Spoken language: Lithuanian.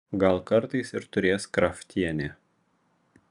gal kartais ir turės kraftienė